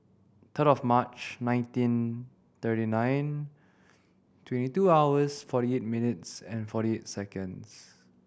third of March nineteen thirty nine twenty two hours forty eight minutes and forty eight seconds